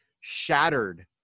shattered